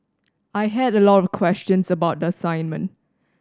I had a lot of questions about the assignment